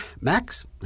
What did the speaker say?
Max